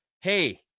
hey